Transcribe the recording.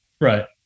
Right